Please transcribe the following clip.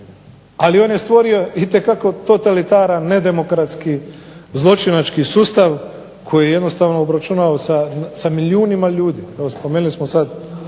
Ali on je stvorio itekako totalitaran, nedemokratski zločinački sustav koji je jednostavno obračunao sa milijunima ljudi.